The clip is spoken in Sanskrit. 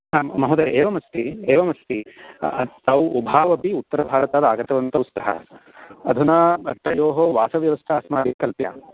हा महोदय एवम् अस्ति एवमस्ति तौ उभावपि उत्तरभारतात् आगतवन्तौ स्तः अधुना तयोः वासव्यवस्था अस्माभिः कल्प्या